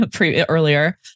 earlier